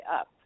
up